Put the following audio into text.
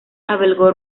albergó